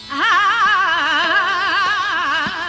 aa